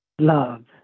love